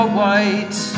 white